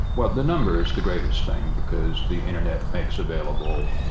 well the number is the greatest thing, because the internet makes available